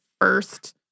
first